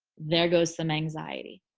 there goes some anxiety.